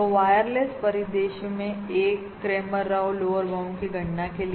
तो वायरलेस परिदृश्य में एक क्रेमर राव लोअर बाउंड की गणना के लिए